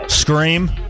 scream